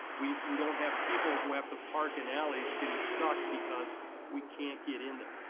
we we don't have people who have to park in alleys getting stuck because we can't get in there.